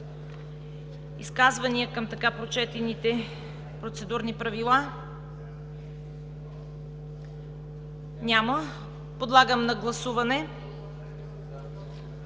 Изказвания към така предложените процедурни правила? Няма. Подлагам на гласуване